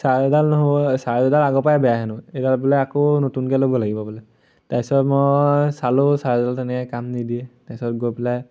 চাৰ্জাৰডাল নহ'ব চাৰ্জাৰডাল আগৰ পৰাই বেয়া হেনো এইডাল বোলে আকৌ নতুনকে ল'ব লাগিব বোলে তাৰপিছত মই চালোঁ চাৰ্জাৰডাল তেনেকে কাম নিদিয়ে তাৰপিছত গৈ পেলাই